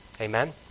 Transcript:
Amen